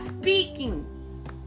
speaking